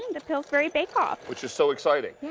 the pillsbury bakeoff. which is so exciting. yeah